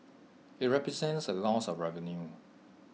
IT represents A loss of revenue